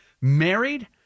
married